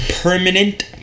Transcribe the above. permanent